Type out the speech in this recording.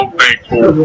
thankful